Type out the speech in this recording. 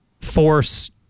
force